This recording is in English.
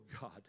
God